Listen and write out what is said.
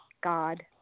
God